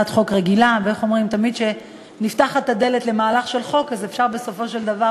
ואנחנו עדיין חושבים ותומכים במהלך הזה של הליכה לשתי מדינות